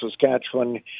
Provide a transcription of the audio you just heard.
Saskatchewan